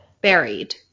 buried